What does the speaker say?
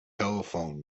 telephoned